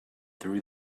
through